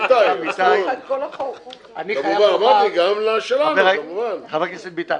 חבר הכנסת ביטן,